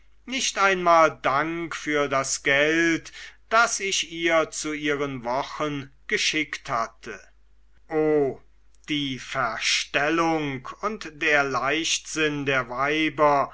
nicht einmal dank für das geld das ich ihr zu ihren wochen geschickt hatte o die verstellung und der leichtsinn der weiber